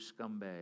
scumbag